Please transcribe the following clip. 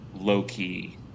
low-key